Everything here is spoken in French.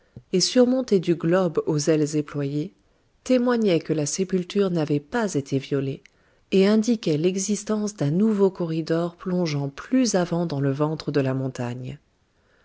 et surmontée du globe aux ailes éployées témoignait que la sépulture n'avait pas été violée et indiquait l'existence d'un nouveau corridor plongeant plus avant dans le ventre de la montagne